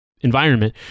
environment